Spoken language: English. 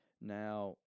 Now